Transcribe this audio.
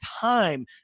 time